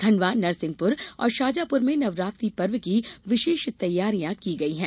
खंडवा नरसिंहपुर और शाजापुर में नवरात्रि पर्व की विशेष तैयारियां की गई हैं